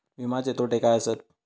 विमाचे तोटे काय आसत?